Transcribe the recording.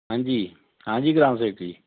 हां'जी हां जी ग्राम सेवक जी